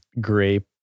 grape